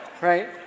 Right